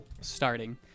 starting